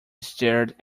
stared